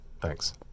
Thanks